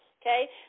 Okay